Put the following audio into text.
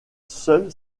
seule